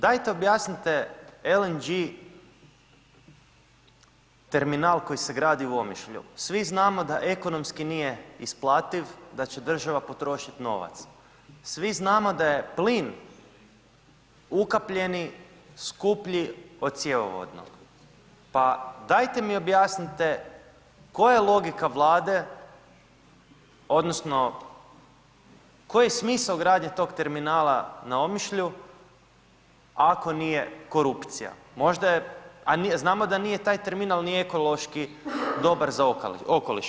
Dajte objasnite LNG terminal koji se gradi u Omišlju, svi znamo da ekonomski nije isplativ, da će država potrošit novac, svi znamo da je plin ukapljeni, skuplji od cjevovodnog, pa dajte mi objasnite koja je logika Vlade odnosno koji je smisao gradnje tog terminala na Omišlju ako nije korupcija, možda je, a znamo da nije taj terminal ni ekološki dobar za okoliš.